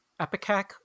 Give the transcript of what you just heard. Epicac